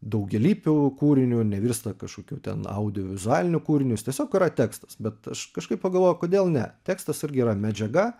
daugialypiu kūriniu nevirsta kažkokiu ten audiovizualiniu kūriniu jis tiesiog yra tekstas bet aš kažkaip pagalvojau kodėl ne tekstas irgi yra medžiaga